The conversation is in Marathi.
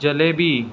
जिलेबी